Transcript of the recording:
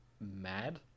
mad